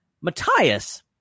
Matthias